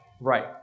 right